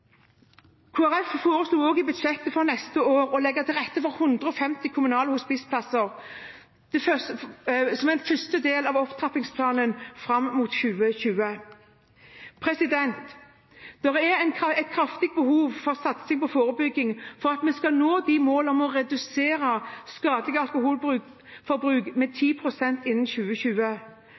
Folkeparti foreslo også i budsjettet for neste år å legge til rette for 150 kommunale hospiceplasser, som en første del av opptrappingsplanen fram mot 2020. Det er behov for en kraftig satsing på forebygging om vi skal nå målene om å redusere skadelig alkoholforbruk med 10 pst. innen 2020.